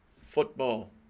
Football